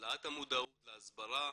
להעלאת המודעות ולהסברה,